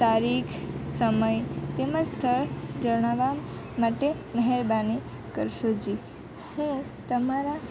તારીખ સમય તેમજ સ્થળ જણાવવાં માટે મહેબાની કરશોજી હું તમારા